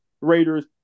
Raiders